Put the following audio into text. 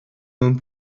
mewn